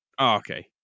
okay